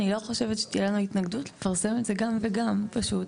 אני לא חושבת שתהיה לנו התנגדות לפרסם את זה גם וגם פשוט.